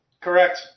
Correct